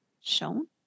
shown